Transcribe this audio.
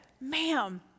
Ma'am